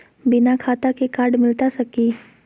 बिना खाता के कार्ड मिलता सकी?